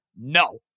No